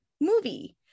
movie